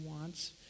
wants